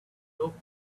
looked